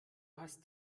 hast